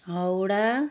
Howrah